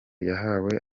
yahawe